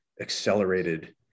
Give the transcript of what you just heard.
accelerated